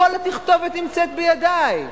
כל התכתובת נמצאת בידי.